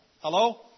Hello